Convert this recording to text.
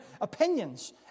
opinions